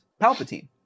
Palpatine